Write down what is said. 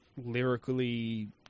lyrically